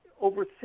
Over